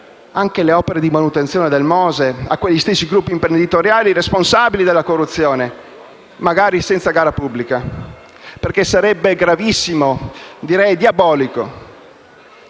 anche le opere di manutenzione del MOSE agli stessi gruppi imprenditoriali responsabili della corruzione, magari senza gara pubblica, perché ciò sarebbe gravissimo, direi diabolico.